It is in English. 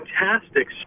fantastic